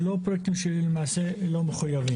זה לא פרוייקטים שלא מחויבים.